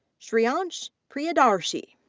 shreeansh priyadarshi.